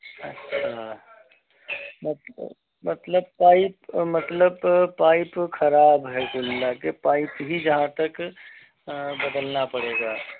अच्छा मतलब मतलब पाइप मतलब पाइप खराब है कुल मिला कर पाइप ही जहाँ तक बदलना पड़ेगा